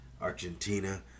Argentina